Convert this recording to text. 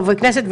חברי כנסת,